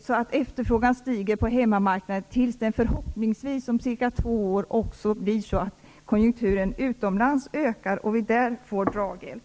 Då stiger efterfrågan på hemmamarknaden tills konjunkturen utomlands ökar om förhoppningsvis cirka två år, så att vi därigenom får draghjälp.